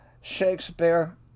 Shakespeare